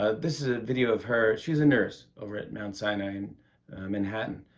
ah this is a video of her. she's a nurse over at mt. sinai in manhattan.